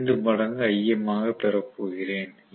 5 மடங்கு Im ஆக பெறப் போகிறேன்